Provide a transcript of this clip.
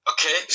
Okay